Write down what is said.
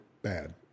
Bad